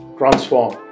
transform